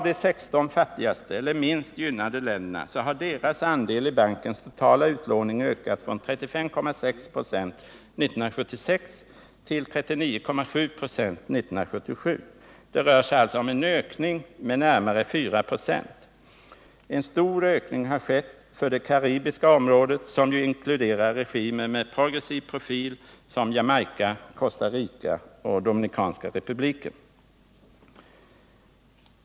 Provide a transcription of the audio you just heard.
De 16 fattigaste eller minst gynnade ländernas andel i bankens totala utlåning har ökat från 35,6 96 1976 till 39,7 96 1977. Det rör sig alltså om en ökning med närmare 4 96. En stor ökning har skett för det karibiska området, som ju inkluderar regimer med progressiv profil såsom Jamaica, Costa Rica och Dominikanska republiken.